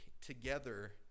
together